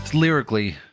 Lyrically